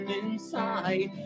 inside